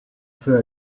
peu